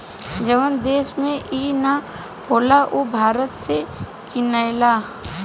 जवन देश में ई ना होला उ भारत से किनेला